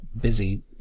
busy